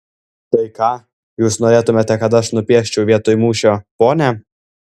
tai ką jūs norėtumėte kad aš nupieščiau vietoj mūšio ponia